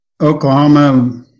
Oklahoma